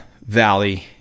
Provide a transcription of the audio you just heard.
valley